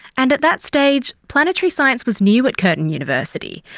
and at that stage planetary science was new at curtin university.